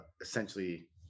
essentially